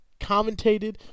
commentated